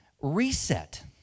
reset